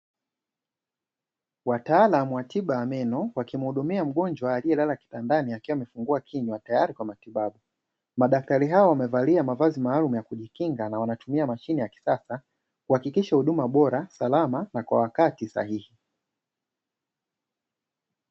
Wataalamu wa tiba ya meno wakimuhudumia mgonjwa aliyelala kitandani akiwa amefungua kinywa tayari kwa matibabu, madaktari hao wamevalia mavazi maalumu ya kujikinga na wanatumia mashine ya kisasa kuhakikisha huduma bora, salama na kwa wakati sahihi.